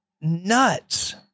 nuts